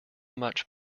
much